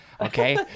Okay